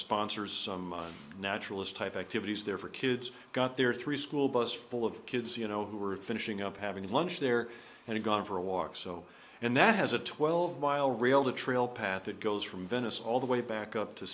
sponsors some naturalist type activities there for kids got their three school bus full of kids you know who were finishing up having lunch there and gone for a walk so and that has a twelve mile real the trail path that goes from venice all the way back up to